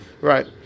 Right